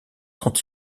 sont